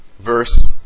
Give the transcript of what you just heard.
verse